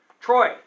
Troy